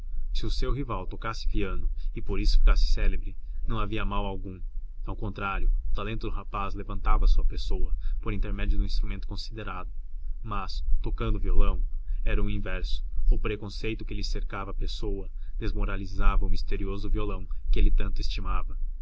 se o seu rival tocasse piano e por isso ficasse célebre não havia mal algum ao contrário o talento do rapaz levantava a sua pessoa por intermédio do instrumento considerado mas tocando violão era o inverso o preconceito que lhe cercava a pessoa desmoralizava o misterioso violão que ele tanto estimava